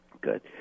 Good